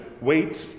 wait